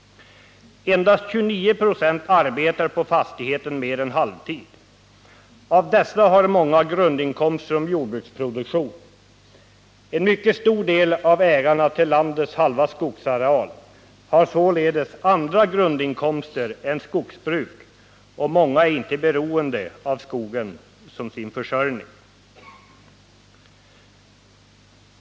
Endast 29 96 arbetar på fastigheten mer än halvtid. Av dessa har många grundinkomst från jordbruksproduktion. En mycket stor del av ägarna till landets halva skogsareal har således andra grundinkomster än skogsbruk, och många är inte beroende av skogen för sin försörjning.